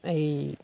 এই